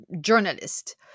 journalist